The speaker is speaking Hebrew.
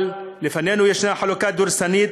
אבל לפנינו חלוקה דורסנית,